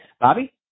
Bobby